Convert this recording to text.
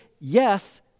yes